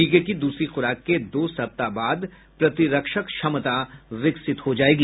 टीके की दूसरी खुराक के दो सप्ताह बाद प्रतिरक्षक क्षमता विकसित हो जाएगी